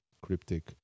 Cryptic